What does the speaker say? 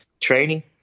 training